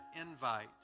invite